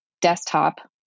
desktop